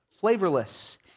flavorless